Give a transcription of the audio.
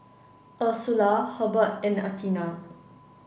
Ursula Hurbert and Athena